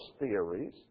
theories